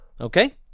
Okay